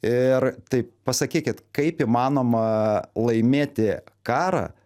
ir tai pasakykit kaip įmanoma laimėti karą